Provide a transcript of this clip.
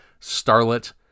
starlet